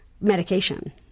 medication